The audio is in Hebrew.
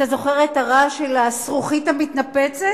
אתה זוכר את הרעש של הזכוכית המתנפצת?